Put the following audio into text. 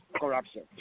corruption